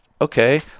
okay